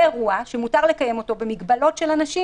שמותר לקיים אותו במגבלות של אנשים.